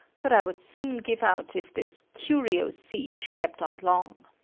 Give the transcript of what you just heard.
but i would soon give out if this curio siege kept on long.